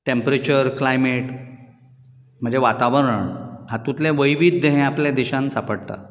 temperature climate म्हणजे वातावरण हातुंतलें वैविध्य हें आपल्या देशांत सापडटा